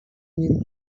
nim